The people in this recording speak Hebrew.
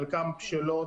חלקן בשלות,